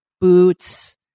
boots